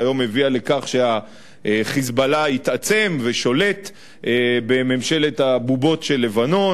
שהיום הביאה לכך שה"חיזבאללה" התעצם ושולט בממשלת הבובות של לבנון.